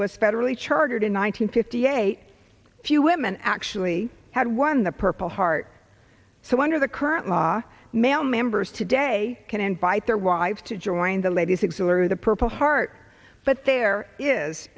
was federally chartered in one thousand fifty eight few women actually had won the purple heart so under the current law male members today can invite their wives to join the ladies exhilarated the purple heart but there is